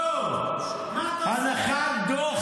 לא, הנחת דוח